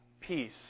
peace